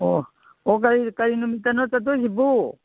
ꯑꯣ ꯀꯔꯤ ꯅꯨꯃꯤꯠꯇꯅꯣ ꯆꯠꯇꯣꯏꯁꯤꯕꯨ